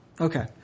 Okay